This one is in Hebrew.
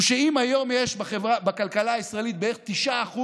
הוא שאם היום בכלכלה הישראלית בערך 9%